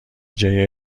جای